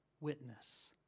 witness